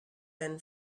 been